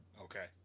Okay